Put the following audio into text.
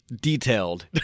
Detailed